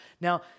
Now